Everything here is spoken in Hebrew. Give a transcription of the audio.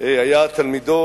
היה תלמידו.